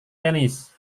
tenis